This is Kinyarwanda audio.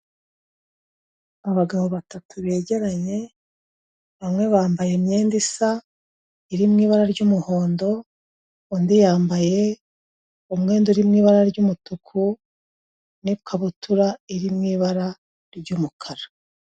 Abagabo batatu begeranye, bamwe bambaye imyenda isa iri mu ibara ry'umuhondo, undi yambaye umwenda uri mu ibara ry'umutuku n'ikabutura iri mu ibara ry'umukara.